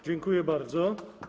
Dziękuję bardzo.